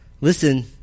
Listen